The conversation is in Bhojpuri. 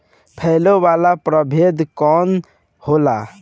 फैले वाला प्रभेद कौन होला?